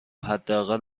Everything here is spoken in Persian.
حداقل